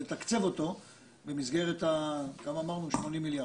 לתקצב אותו במסגרת ה-80 מיליארד.